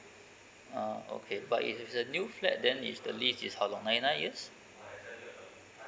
ah okay but if it's a new flat then if the lease is how long nine nine years